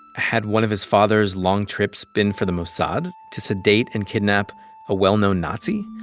had one of his father's long trips been for the mossad to sedate and kidnap a well-known nazi?